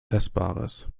essbares